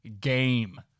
game